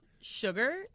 sugar